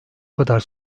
kadar